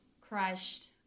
crushed